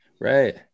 right